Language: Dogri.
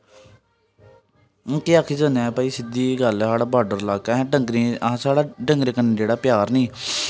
हून केह् आक्खी सकने हां भाई सिद्धी जेही गल्ल ऐ साढ़ा बॉर्डर इलाका ऐ असें डंगरे ई साढ़ा डंगरे कन्नै जेह्ड़ा प्यार नी